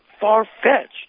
far-fetched